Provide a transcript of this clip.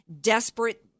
desperate